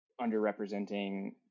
underrepresenting